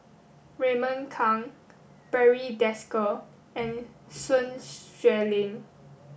Raymond Kang Barry Desker and Sun Xueling